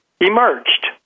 emerged